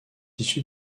issue